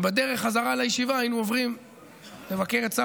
ובדרך בחזרה לישיבה היינו עוברים לבקר את סבתא.